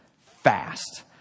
fast